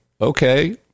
okay